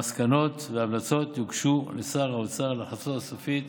מסקנות והמלצות יוגשו לשר האוצר להחלטתו הסופית